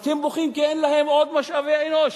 רק הם בוכים כי אין להם עוד משאבי אנוש